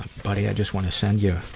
buddy, i just want to send you